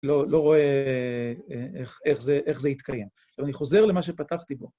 ‫לא רואה איך זה התקיים. ‫אני חוזר למה שפתחתי בו.